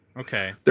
Okay